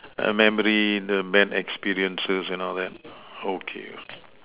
err memory the bad experiences and all that okay